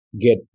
get